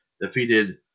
defeated